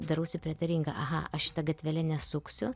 darausi prietaringa aha aš šita gatvele nesuksiu